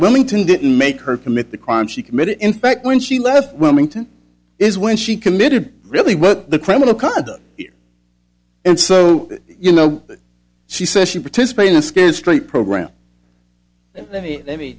wilmington didn't make her commit the crime she committed in fact when she left went into is when she committed really what the criminal conduct here and so you know she says she participated in scared straight program and let me let me